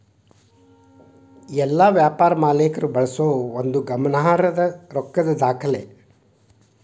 ಎಲ್ಲಾ ವ್ಯಾಪಾರ ಮಾಲೇಕ್ರ ಬಳಸೋ ಒಂದು ಗಮನಾರ್ಹದ್ದ ರೊಕ್ಕದ್ ದಾಖಲೆ